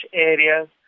areas